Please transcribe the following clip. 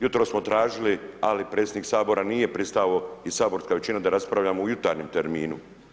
Jutros smo tražili ali predsjednik Sabora nije pristao i saborska većina da raspravljamo u jutarnjem terminu.